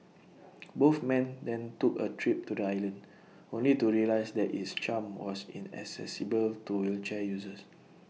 both men then took A trip to the island only to realise that its charm was inaccessible to wheelchair users